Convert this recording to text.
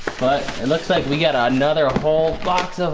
but it looks like we got ah another whole box